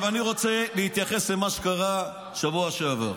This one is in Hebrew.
אני רוצה להתייחס למה שקרה בשבוע שעבר.